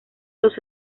los